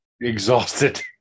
exhausted